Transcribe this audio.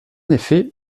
effet